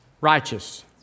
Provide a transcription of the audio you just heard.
righteous